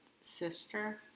sister